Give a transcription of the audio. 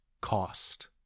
cost